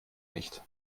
nicht